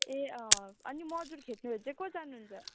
ए अँ अनि मजुर खेद्नुहरू चाहिँ को जानुहुन्छ